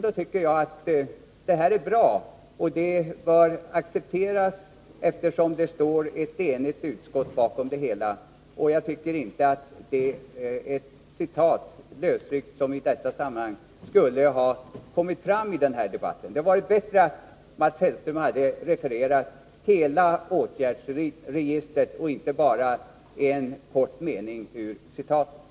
Då tycker jag att det här är bra, och det bör accepteras, eftersom det står ett enigt utskott bakom det hela. Jag tycker inte att ett sådant här lösryckt citat skulle ha kommit fram i den här debatten. Det hade varit bättre att Mats Hellström refererat hela åtgärdsregistret och inte bara en kort mening i ett uttalande.